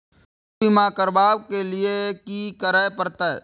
स्वास्थ्य बीमा करबाब के लीये की करै परतै?